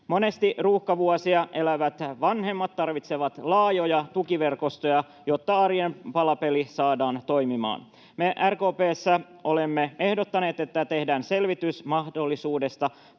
Monesti ruuhkavuosia elävät vanhemmat tarvitsevat laajoja tukiverkostoja, jotta arjen palapeli saadaan toimimaan. Me RKP:ssä olemme ehdottaneet, että tehdään selvitys mahdollisuudesta palkalliseen